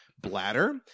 bladder